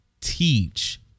teach